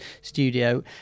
studio